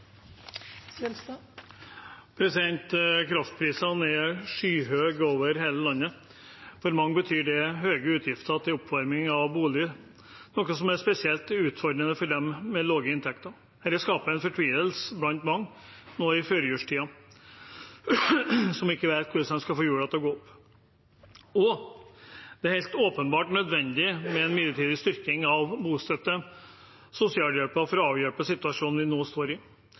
bordet. Kraftprisene er skyhøye over hele landet. For mange betyr det høye utgifter til oppvarming av bolig, noe som er spesielt utfordrende for dem med lave inntekter. Dette skaper en fortvilelse blant de mange som nå i førjulstiden ikke vet hvordan de skal få hjulene til å gå rundt. Det er helt åpenbart nødvendig med en midlertidig styrking av bostøtten og sosialhjelpen for å avhjelpe situasjonen vi nå står i.